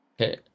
Okay